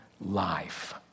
life